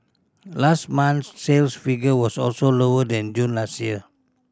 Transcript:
last month's sales figure was also lower than June last year